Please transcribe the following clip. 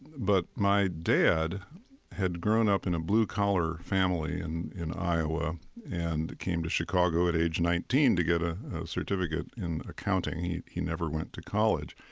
but my dad had grown up in a blue-collar family and in iowa and came to chicago at age nineteen to get a certificate in accounting. he he never went to college.